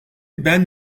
ben